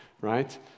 right